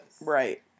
right